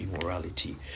immorality